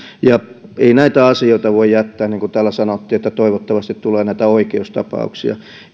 ja ei näitä asioita voi jättää täällä sanottiin että toivottavasti tulee näitä oikeustapauksia